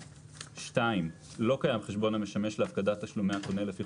לא קיים חשבון המשמש להפקדת תשלומי המוכר לפי